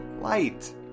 light